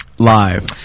live